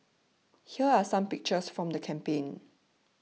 here are some pictures from the campaign